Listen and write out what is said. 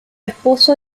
esposo